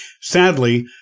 Sadly